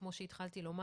וכמו שהתחלתי לומר,